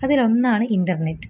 അതിലൊന്നാണ് ഇൻ്റെർനെറ്റ്